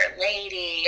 Lady